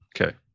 Okay